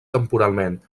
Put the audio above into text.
temporalment